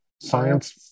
science